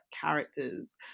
characters